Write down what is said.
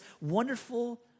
wonderful